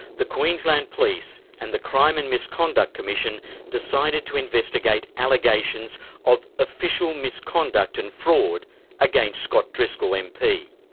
the queensland police and the crime and misconduct commission decided to investigate allegations of official misconduct and fraud against scott driscoll mp.